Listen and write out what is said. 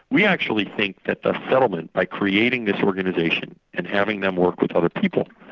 we actually think that the settlement, by creating this organisation and having them work with other people,